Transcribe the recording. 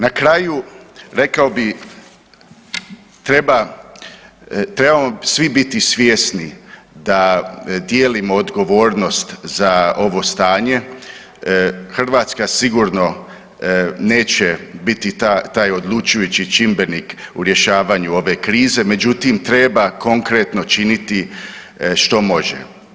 Na kraju, rekao bih, trebamo svi biti svjesni da dijelimo odgovornost za ovo stanje, Hrvatska sigurno neće biti taj odlučujući čimbenik u rješavanju ove krize, međutim, treba konkretno činiti što može.